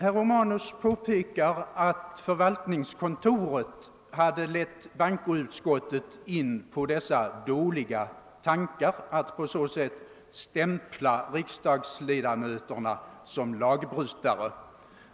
Herr Romanus påpekar att förvaltningskontoret lett bankoutskottet in på dåliga tankar genom att stämpla riksdagsledamöterna som lagbrytare.